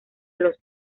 los